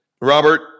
Robert